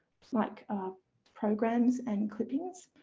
like programs and clippings.